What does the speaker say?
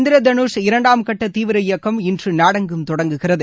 இந்திர தனுஷ் இரண்டாம் கட்ட தீவிர இயக்கம் இன்று நாடெங்கும் தொடங்குகிறது